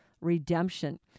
redemption